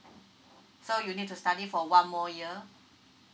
so you'll need to study for one more year